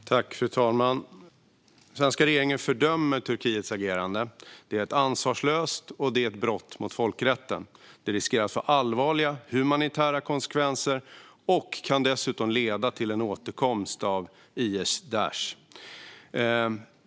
Fru talman! Svenska regeringen fördömer Turkiets agerande. Det är ansvarslöst och ett brott mot folkrätten, och det riskerar att få allvarliga humanitära konsekvenser och kan dessutom leda till en återkomst av IS/Daish.